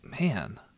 man